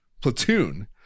platoon